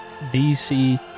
DC